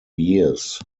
years